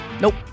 Nope